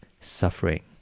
suffering